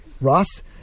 Ross